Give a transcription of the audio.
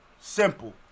Simple